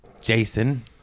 Jason